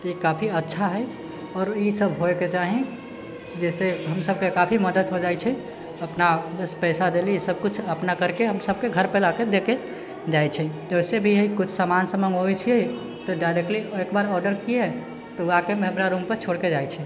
तऽ ई काफी अच्छा हइ आओर ई सब होयके चाही जैसे हम सबके काफी मदद हो जाइत छै अपना बस पैसा देली सब किछु अपना करिके हमसबके घर पर लाके देके जाइत छै वैसे भी हइ किछु सामान सब मङ्गबाबै छियै तऽ डाइरेक्टली आओर एक बार ऑर्डर किए तऽ ओ आके हमरा रूम पर छोड़िके जाइत छै